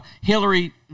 Hillary